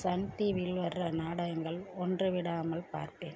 Sun டிவியில் வர்ற நாடகங்கள் ஒன்று விடாமல் பார்ப்பேன்